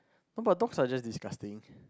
no but dogs are just disgusting